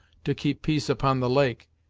to keep peace upon the lake,